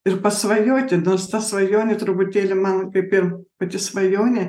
ir pasvajoti nors ta svajonė truputėlį man kaip ir pati svajonė